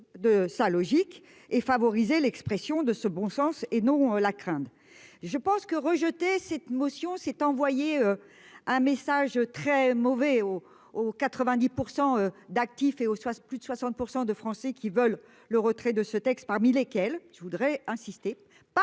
de sa logique et favoriser l'expression de ce bon sens et non la crainte. Je pense que rejeter cette motion, c'est envoyer. Un message très mauvais au au 90% d'actif et au soir plus de 60% de Français qui veulent le retrait de ce texte parmi lesquels je voudrais insister,